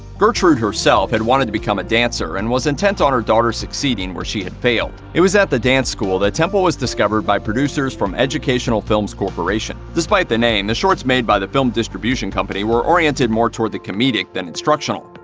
gertrude herself had wanted to become a dancer and was intent on her daughter succeeding where she had failed. it was at the dance school that temple was discovered by producers from educational films corporation. despite the name, the shorts made by the film distribution company were oriented more toward the comedic than instructional.